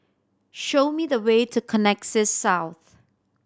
show me the way to Connexis South